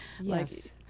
Yes